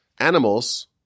Animals